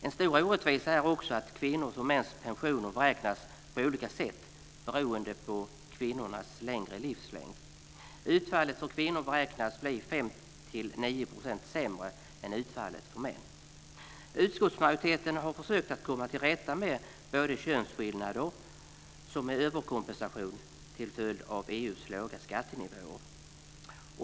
En stor orättvisa är också att kvinnors och mäns pensioner beräknas på olika sätt beroende på kvinnornas längre livslängd. Utfallet för kvinnor beräknas bli 5-9 % sämre än utfallet för män. Utskottsmajoriteten har försökt att komma till rätta med både könsskillnader och överkompensation till följd av EU:s låga skattenivåer.